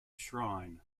shrine